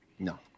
No